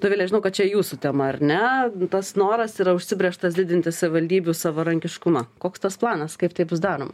dovile žinau kad čia jūsų tema ar ne tas noras yra užsibrėžtas didinti savivaldybių savarankiškumą koks tas planas kaip tai bus daroma